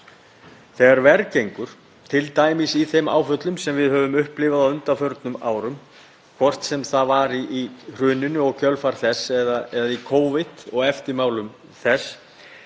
Þegar verr gengur, t.d. í þeim áföllum sem við höfum upplifað á undanförnum árum, hvort sem það var í hruninu og í kjölfar þess eða í Covid og eftirmálum þess